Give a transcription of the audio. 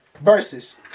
Versus